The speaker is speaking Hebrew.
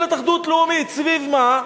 ממשלת אחדות לאומית, סביב מה?